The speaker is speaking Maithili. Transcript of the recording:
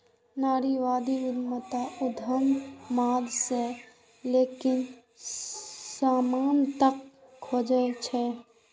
नारीवादी उद्यमिता उद्यमक माध्यम सं लैंगिक समानताक खोज छियै